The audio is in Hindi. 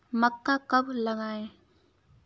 मक्का कब लगाएँ?